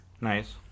Nice